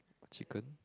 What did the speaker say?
chicken